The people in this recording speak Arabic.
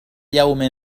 يوم